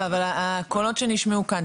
לא, אבל אני מתכוונת לקולות שנשמעו כאן.